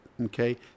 Okay